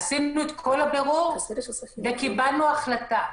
עשינו את כל הבירור וקיבלנו החלטה.